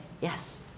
Yes